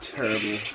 Terrible